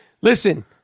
Listen